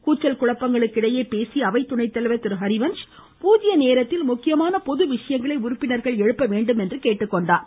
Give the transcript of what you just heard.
கூச்சல் குழப்பங்களுக்கிடையே பேசிய அவைத் துணைத்தலைவர் திரு ஹரிவன்ஷ் பூஜ்ய நேரத்தில் முக்கியமான பொது விஷயங்களை உறுப்பினர்கள் எழுப்பவேண்டும் என்று கேட்டுக்கொண்டார்